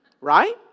Right